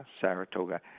Saratoga